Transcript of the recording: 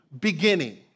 beginning